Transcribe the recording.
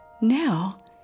Now